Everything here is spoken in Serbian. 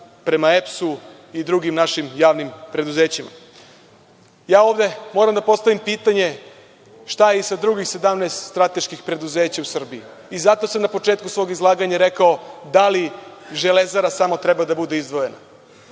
prema EPS i drugim našim javnim preduzećima. Ovde moram da postavim pitanje – šta je i sa drugih 17 strateških preduzeća u Srbiji i zato sam na početku svog izlaganja rekao da li „Železara“ samo treba da bude izdvojena?U